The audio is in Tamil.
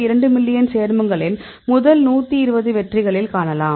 2 மில்லியன் சேர்மங்களின் முதல் 120 வெற்றிகளில் காணலாம்